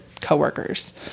coworkers